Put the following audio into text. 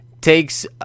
takes